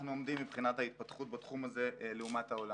עומדים מבחינת ההתפתחות בתחום הזה לעומת העולם.